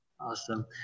Awesome